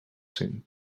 cent